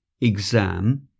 exam